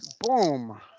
Boom